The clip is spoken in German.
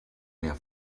mehr